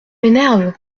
m’énerve